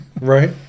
Right